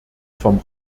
vom